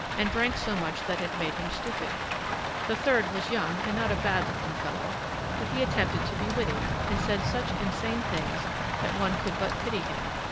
and drank so much that it made him stupid the third was young and not a bad-looking fellow but he attempted to be witty, and said such insane things that one could but pity him.